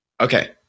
okay